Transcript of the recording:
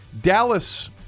Dallas